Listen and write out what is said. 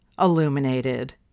Illuminated